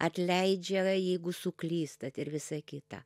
atleidžia jeigu suklystat ir visa kita